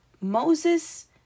Moses